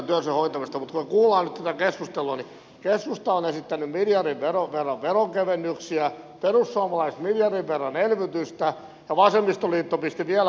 mutta kun me kuulemme nyt tätä keskustelua niin keskusta on esittänyt miljardin verran veronkevennyksiä perussuomalaiset miljardin verran elvytystä ja vasemmistoliitto pisti vielä paremmaksi kun keksi ikiliikkujan